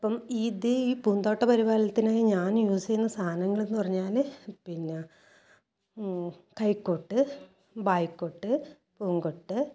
അപ്പം ഇത് ഈ പൂന്തോട്ട പരിപാലനത്തിനായി ഞാൻ യൂസ് ചെയ്യുന്ന സാധനങ്ങളെന്ന് പറഞ്ഞാൽ പിന്നെ കൈക്കോട്ട് ബായിക്കോട്ട് പൂങ്കോട്ട്